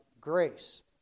grace